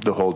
the whole